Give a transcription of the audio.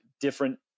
different